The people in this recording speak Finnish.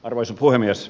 arvoisa puhemies